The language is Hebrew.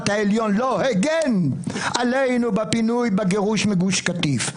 העליון לא הגן עלינו בפינוי בגוש קטיף.